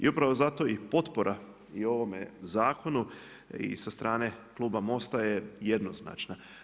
I upravo zato i potpora i ovome zakonu i sa strane kluba MOST-a je jednoznačna.